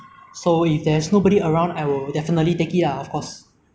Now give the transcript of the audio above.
because likely is fake ah like nobody will throw one thousand dollars on the road